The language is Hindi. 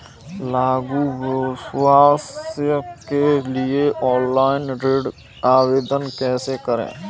लघु व्यवसाय के लिए ऑनलाइन ऋण आवेदन कैसे करें?